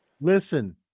Listen